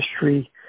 history